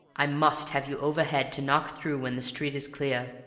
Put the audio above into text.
i must have you overhead to knock through when the street's clear.